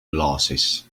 glasses